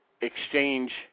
exchange